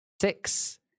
Six